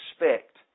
expect